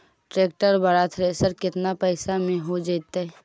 Tractor बाला thresher केतना पैसा में हो जैतै?